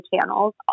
channels